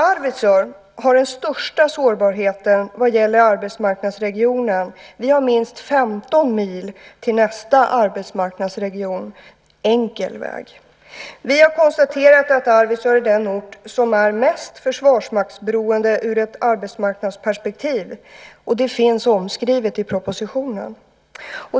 Arvidsjaur har den största sårbarheten när det gäller arbetsmarknadsregionen. Vi har minst 15 mil, enkel väg, till nästa arbetsmarknadsregion. Vi har konstaterat att Arvidsjaur är den ort som är mest försvarsmaktsberoende ur ett arbetsmarknadsperspektiv, och det finns omskrivet i propositionen.